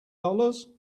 dollars